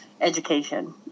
education